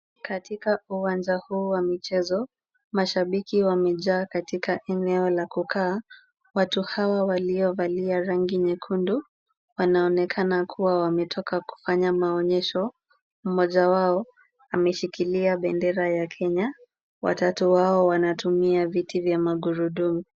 Katika uwanja huu wa mchezo, mashabiki wamejaa katika eneo la kukaa. Watu hawa waliovalia rangi nyekundu wanaonekana kuwa wametoka kufanya maonyesho. Mmoja wao ameshikilia bendera ya Kenya, watatu wao wanatumia viti vya magurudumu.